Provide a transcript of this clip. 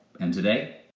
and today?